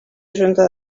junta